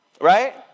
Right